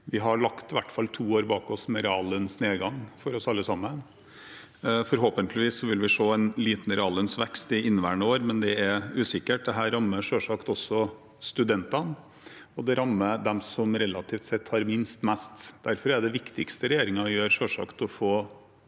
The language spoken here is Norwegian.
vi har lagt i hvert fall to år bak oss med reallønnsnedgang for oss alle sammen. Forhåpentligvis vil vi se en liten reallønnsvekst i inneværende år, men det er usikkert. Dette rammer selvsagt også studentene, og det rammer mest dem som relativt sett har minst. Derfor er det viktigste regjeringen gjør selvsagt å få